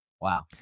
Wow